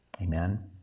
Amen